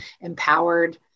empowered